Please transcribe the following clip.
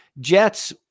Jets